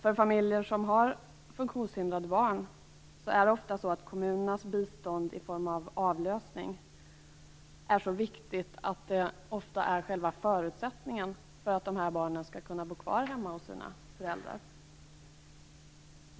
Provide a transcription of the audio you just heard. För familjer som har funktionshindrade barn är kommunernas bistånd i form av avlösning så viktigt att det ofta är själva förutsättningen för att dessa barn skall kunna bo kvar hemma hos sina föräldrar.